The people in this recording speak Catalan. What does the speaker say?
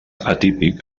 atípic